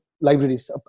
libraries